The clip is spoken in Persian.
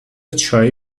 چایی